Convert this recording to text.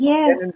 Yes